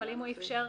אם הוא אפשר